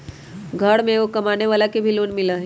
घर में एगो कमानेवाला के भी लोन मिलहई?